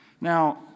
Now